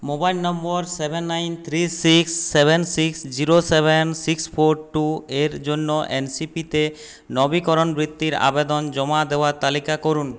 mobile নম্বর seven nine three six seven six zero seven six four two এর জন্য এনসিপিতে নবীকরণ বৃত্তির আবেদন জমা দেওয়ার তালিকা করুন